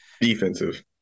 defensive